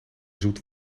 zoet